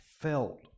felt